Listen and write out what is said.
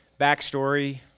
Backstory